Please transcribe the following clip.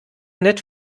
nett